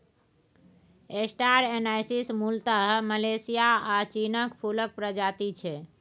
star anise मुलतः Malaysia आ चीनक फुलक प्रजाति छै